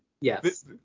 Yes